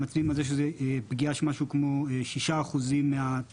מצביעים על זה שזו פגיעה של משהו כמו 6% מהתמ"ג.